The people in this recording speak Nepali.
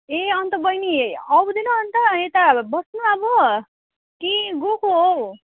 ए अन्त बहिनी आउँदैनौँ अन्त यता बस्नु अब कि गएको हौ